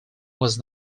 was